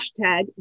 hashtag